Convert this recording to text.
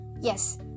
Yes